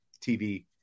TV